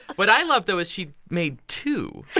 what i love, though, is she made two yeah